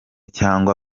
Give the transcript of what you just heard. cyangwa